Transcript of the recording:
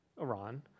Iran